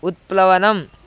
उत्प्लवनम्